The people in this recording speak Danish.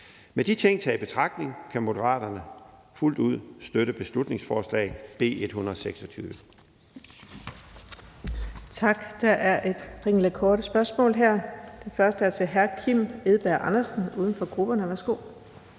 Med de ting taget i betragtning kan Moderaterne fuldt ud støtte beslutningsforslag nr.